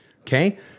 Okay